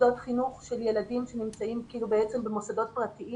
מוסדות חינוך של ילדים שנמצאים בעצם במוסדות פרטיים